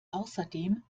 außerdem